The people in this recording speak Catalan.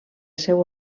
seu